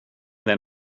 than